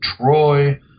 Troy